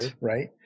right